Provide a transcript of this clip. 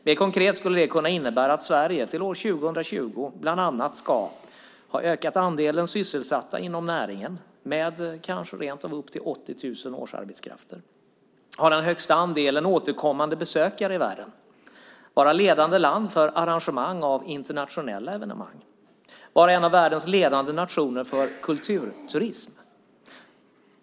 Mer konkret skulle det kunna innebära att Sverige till år 2020 bland annat ska ha ökat andelen sysselsatta inom näringen med rentav upp till 80 000 årsarbetskrafter, ha den största andelen återkommande besökare i världen, vara ledande land för arrangemang av internationella evenemang och vara en av världens ledande nationer för kulturturism.